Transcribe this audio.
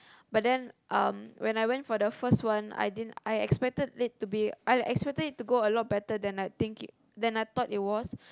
but then um when I went for the first one I didn't I expected it to be I expected it to go a lot better than I think than I thought it was